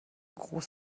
groß